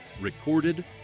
recorded